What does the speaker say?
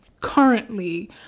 currently